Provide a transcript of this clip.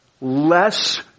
less